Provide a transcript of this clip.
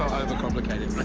overcomplicate it.